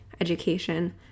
education